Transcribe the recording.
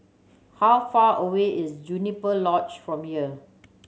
how far away is Juniper Lodge from here